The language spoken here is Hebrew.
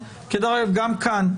גם כאן,